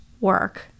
work